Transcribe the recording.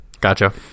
Gotcha